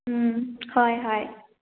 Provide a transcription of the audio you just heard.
ꯎꯝ ꯍꯣꯏ ꯍꯣꯏ